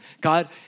God